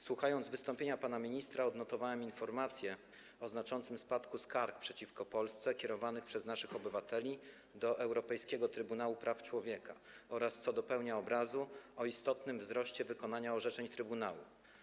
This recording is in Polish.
Słuchając wystąpienia pana ministra, odnotowałem informację o znaczącym spadku skarg przeciwko Polsce kierowanych przez naszych obywateli do Europejskiego Trybunału Praw Człowieka oraz, co dopełnia obrazu, o istotnym wzroście wykonania orzeczeń Trybunału.